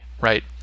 right